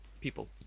people